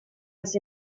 its